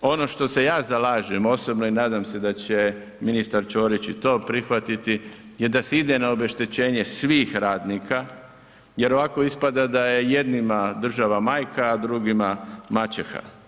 ono što se ja zalažem osobno i nadam se da će ministar Ćorić i to prihvatiti je da se ide na obeštećenje svih radnika jer ovako ispada da je jednima država majka, a drugima maćeha.